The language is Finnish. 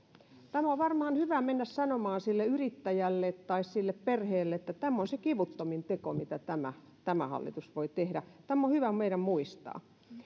tämä on varmaan hyvä mennä sanomaan sille yrittäjälle tai sille perheelle että tämä on se kivuttomin teko mitä tämä tämä hallitus voi tehdä tämä on hyvä meidän muistaa